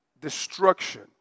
destruction